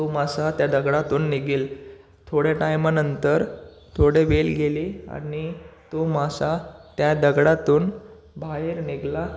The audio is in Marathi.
तो मासा त्या दगडातून निघेल थोड्या टायमानंतर थोडा वेळ गेले आणि तो मासा त्या दगडातून बाहेर निघाला